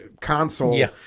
console